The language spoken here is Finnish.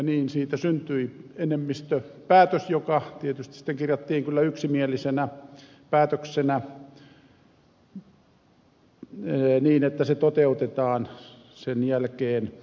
niin siitä syntyi enemmistöpäätös joka tietysti sitten kirjattiin kyllä yksimielisenä päätöksenä niin että se toteutetaan sen jälkeen